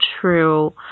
true